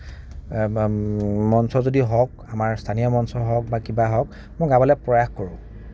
মঞ্চ যদি হওক আমীৰ স্থানীয় মঞ্চ হওক বা কিবা হওক মই গাবলৈ প্ৰয়াস কৰোঁ